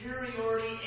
superiority